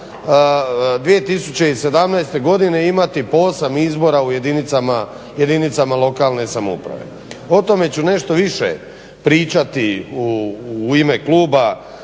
2017. godine imati po 8 izbora u jedinicama lokalne samouprave. O tome ću nešto više pričati u ime Kluba